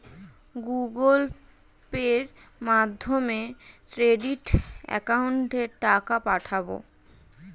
Google পের মাধ্যমে trading একাউন্টে টাকা পাঠাবো?